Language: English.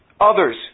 others